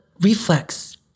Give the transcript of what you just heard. reflex